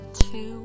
two